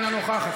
אינה נוכחת,